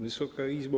Wysoka Izbo!